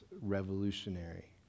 revolutionary